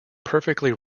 perfectly